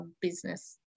business